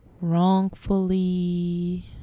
wrongfully